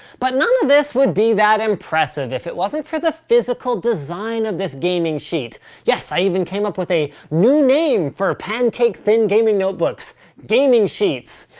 but none of this would be that impressive if it wasn't for the physical design of this gaming sheet yes! i even came up with a new name for pancake thin gaming notebooks gaming sheets.